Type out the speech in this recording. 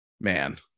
man